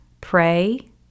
pray